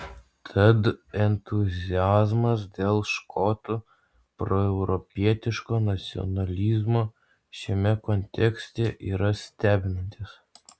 tad entuziazmas dėl škotų proeuropietiško nacionalizmo šiame kontekste yra stebinantis